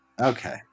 Okay